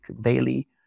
daily